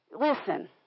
listen